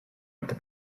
into